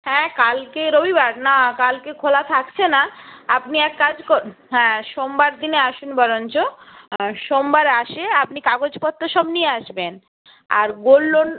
হ্যাঁ কালকে রবিবার না কালকে খোলা থাকছে না আপনি এক কাজ হ্যাঁ সোমবার দিনে আসুন বরঞ্চ সোমবার এসে আপনি কাগজপত্র সব নিয়ে আসবেন আর গোল্ড লোন